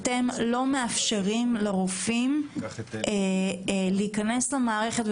אתם לא מאפשרים לרופאים להיכנס למערכת,